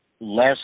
less